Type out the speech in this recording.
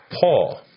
Paul